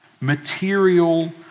material